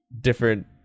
different